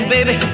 Baby